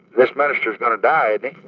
this minister's going to die,